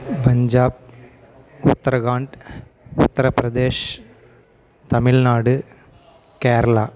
Punjab Uttarakhand Uttar Pradesh Tamil Nadu Kerala